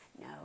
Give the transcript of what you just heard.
No